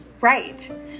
Right